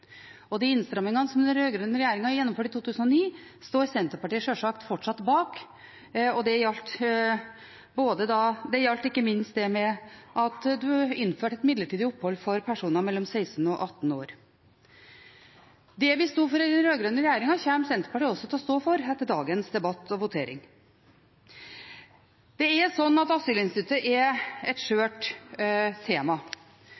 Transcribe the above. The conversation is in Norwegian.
i 2009, står Senterpartiet sjølsagt fortsatt bak, og det gjaldt ikke minst at man innførte midlertidig opphold for personer mellom 16 og 18 år. Det vi sto for i den rød-grønne regjeringen, kommer Senterpartiet også til å stå for etter dagens debatt og votering. Asylinstituttet er et skjørt tema. Men det er viktig at det er